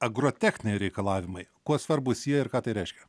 agrotechniai reikalavimai kuo svarbūs jie ir ką tai reiškia